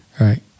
Right